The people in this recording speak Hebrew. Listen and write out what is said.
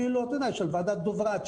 אפילו כמו ועדת דברת,